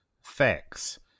facts